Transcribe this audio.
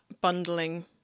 bundling